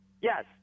Yes